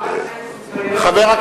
חבל שאין סוכריות לתת לחברים.